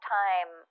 time